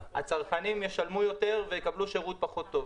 שהצרכנים ישלמו יותר ויקבלו שירות פחות טוב.